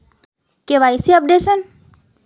KYC updation?